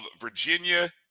Virginia